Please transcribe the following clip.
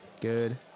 good